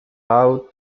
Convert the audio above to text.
out